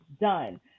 done